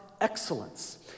excellence